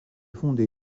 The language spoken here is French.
fondé